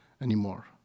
anymore